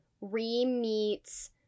re-meets